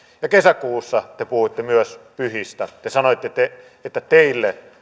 ja kesäkuussa te puhuitte myös pyhistä te sanoitte että teille